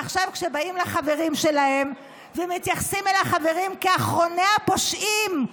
עכשיו כשבאים לחברים שלהם ומתייחסים לחברים כאל אחרוני הפושעים,